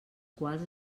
quals